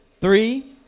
three